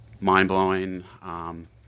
mind-blowing